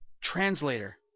translator